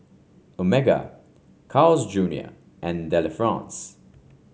Omega Carl's Junior and Delifrance